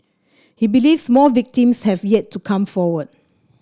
he believes more victims have yet to come forward